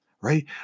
right